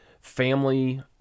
family